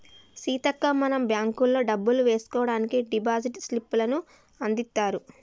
సీతక్క మనం బ్యాంకుల్లో డబ్బులు వేసుకోవడానికి డిపాజిట్ స్లిప్పులను అందిత్తారు